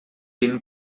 vint